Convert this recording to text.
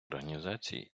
організацій